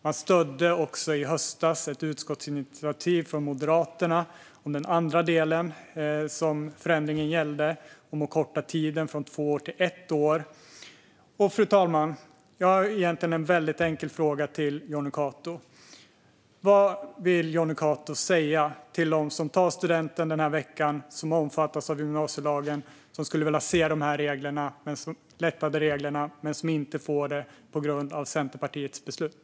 Man stödde också i höstas ett utskottsinitiativ från Moderaterna om den andra delen som förändringen gällde om att korta tiden från två år till ett år. Fru talman! Jag har egentligen en väldigt enkel fråga till Jonny Cato. Vad vill Jonny Cato säga till dem som tar studenten den här veckan och omfattas av gymnasielagen och som skulle vilja se de här lättade reglerna men som inte får det på grund av Centerpartiets beslut?